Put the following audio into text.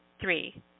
Three